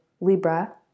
Libra